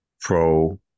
pro